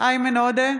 איימן עודה,